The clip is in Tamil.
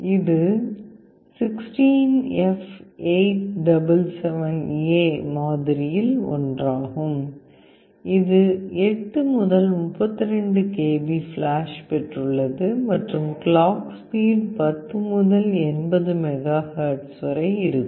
இது 16F877A மாதிரியில் ஒன்றாகும் இது 8 முதல் 32 கிலோ பைட்ஸ் ஃபிளாஷ் பெற்றுள்ளது மற்றும் கிளாக் ஸ்பீடு 10 முதல் 80 மெகா ஹெர்ட்ஸ் வரை இருக்கும்